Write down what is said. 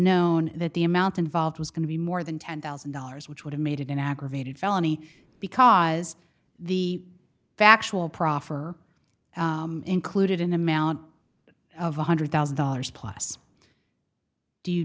known that the amount involved was going to be more than ten thousand dollars which would have made it an aggravated felony because the factual proffer included in amount of one hundred thousand dollars plus do you